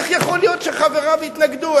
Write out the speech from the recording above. איך יכול להיות שחבריו יתנגדו?